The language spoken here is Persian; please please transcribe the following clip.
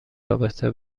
رابطه